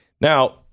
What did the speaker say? Now